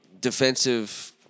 defensive